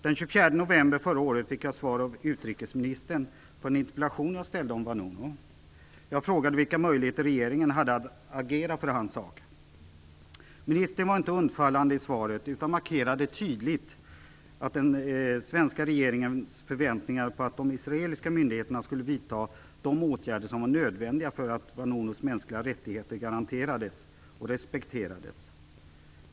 Den 24 november förra året fick jag svar av utrikesministern på en interpellation som jag ställde om Vanunu. Jag frågade vilka möjligheter regeringen hade att agera för hans sak. Ministern var inte undfallande i svaret utan markerade tydligt den svenska regeringens förväntningar på att de israeliska myndigheterna skulle vidta de åtgärder som var nödvändiga för att Vanunus mänskliga rättigheter garanterades och respekterades.